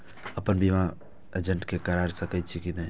अपन बीमा बिना एजेंट के करार सकेछी कि नहिं?